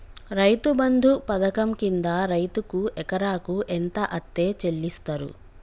రైతు బంధు పథకం కింద రైతుకు ఎకరాకు ఎంత అత్తే చెల్లిస్తరు?